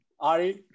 Ari